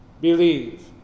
Believe